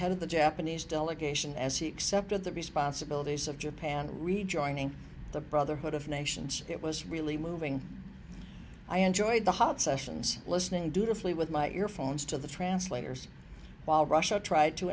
head of the japanese delegation as he accepted the responsibilities of japan rejoining the brotherhood of nations it was really moving i enjoyed the hot sessions listening do to flee with my earphones to the translators while russia tried to